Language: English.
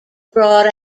brought